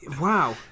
Wow